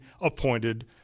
appointed